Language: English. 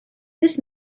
this